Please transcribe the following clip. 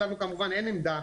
לנו כמובן אין עמדה